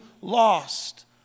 lost